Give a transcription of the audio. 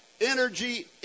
energy